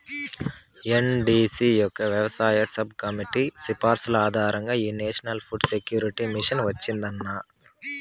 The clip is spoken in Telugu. ఎన్.డీ.సీ యొక్క వ్యవసాయ సబ్ కమిటీ సిఫార్సుల ఆధారంగా ఈ నేషనల్ ఫుడ్ సెక్యూరిటీ మిషన్ వచ్చిందన్న